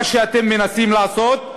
מה שאתם מנסים לעשות,